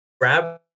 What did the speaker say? grab